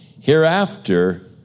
Hereafter